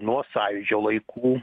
nuo sąjūdžio laikų